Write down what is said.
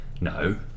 No